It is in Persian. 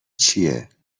چیه